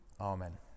amen